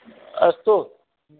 अस्तु